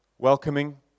Welcoming